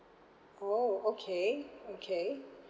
oh okay okay